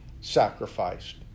sacrificed